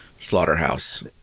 slaughterhouse